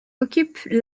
occupent